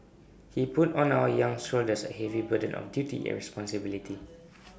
he put on our young shoulders A heavy burden of duty and responsibility